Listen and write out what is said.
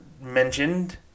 mentioned